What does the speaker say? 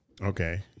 Okay